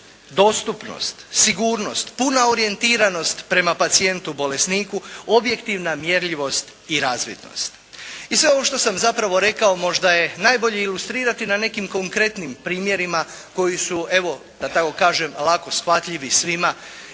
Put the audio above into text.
dostupnost, sigurnost, puna orijentiranost prema pacijentu bolesniku, objektivna mjerljivost i razvidnost. I sve ovo što sam zapravo rekao možda je najbolje ilustrirati na nekim konkretnim primjerima koji su evo da tako kažem lako shvatljivi svima